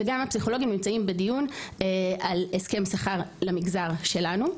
וגם הפסיכולוגים נמצאים בדיון על הסכם שכר למגזר שלנו.